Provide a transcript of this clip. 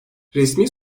resmi